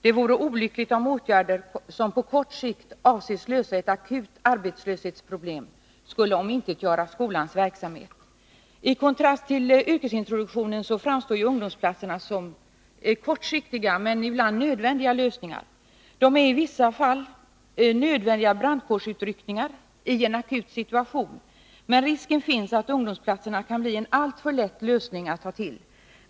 Det vore olyckligt, om åtgärder som på kort sikt avses lösa ett akut arbetslöshetsproblem skulle omintetgöra skolans verksamhet. I kontrast till yrkesintroduktionen framstår ungdomsplatserna som kortsiktiga, men ibland nödvändiga lösningar. De är i vissa fall nödvändiga brandkårsutryckningar i en akut situation, men risken finns att de kan bli en lösning som är alltför lätt att ta till.